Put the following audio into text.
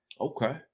Okay